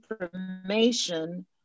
information